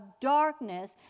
darkness